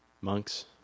Monks